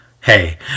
Hey